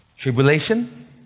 Tribulation